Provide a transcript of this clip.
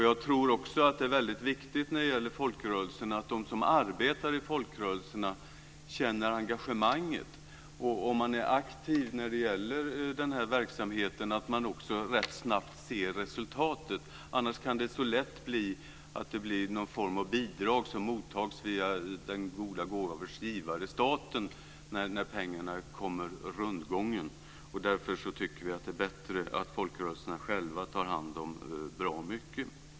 Jag tror också att det är viktigt att de som arbetar i folkrörelserna känner engagemang. Är man aktiv i den här verksamheten är det viktigt att man rätt snabbt ser resultat. Det kan annars lätt bli någon form av bidrag som tas emot via goda gåvors givare staten när pengarna kommer genom rundgång. Därför tycker vi att det är bättre att folkrörelserna själva tar hand om bra mycket.